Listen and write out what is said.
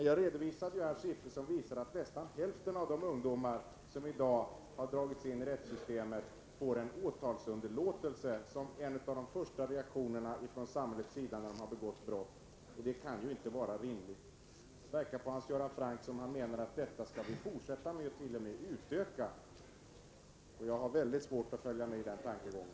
Jag redovisade här siffror som visar att nästan hälften av de ungdomar som i dag har dragits in i rättssystemet får åtalsunderlåtelse som en av de första reaktionerna från samhället när de har begått brott. Det kan ju inte vara rimligt. Det verkar som om Hans Göran Franck menar att detta skall vi fortsätta med och t.o.m. utöka. Jag har väldigt svårt att följa med i den tankegången.